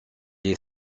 est